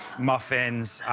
muffins.